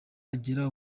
agira